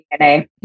DNA